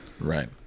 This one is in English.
right